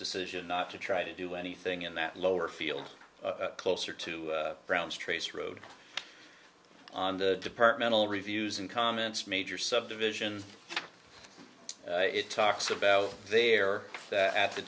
decision not to try to do anything in that lower field closer to brown's trace road on the departmental reviews and comments major subdivisions it talks about they are at the